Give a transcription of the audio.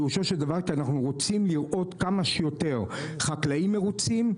פירושו של דבר שאנחנו רוצים לראות כמה שיותר חקלאים מרוצים,